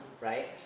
right